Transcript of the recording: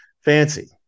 fancy